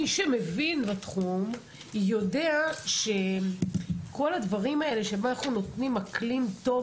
מי שמבין בתחום יודע שכל הדברים האלה שבהם אנחנו נותנים אקלים טוב